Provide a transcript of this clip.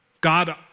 god